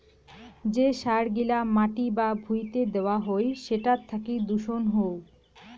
যে সার গিলা মাটি বা ভুঁইতে দেওয়া হই সেটার থাকি দূষণ হউ